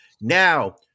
Now